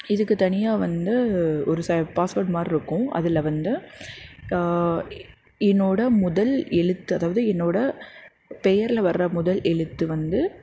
இதுக்கு தனியாக வந்து ஒரு சில பாஸ்ஓர்ட் மாரிருக்கும் அதில் வந்து எ என்னோடய முதல் எழுத்து அதாவது என்னோடய பெயர்ல வர்ற முதல் எழுத்து வந்து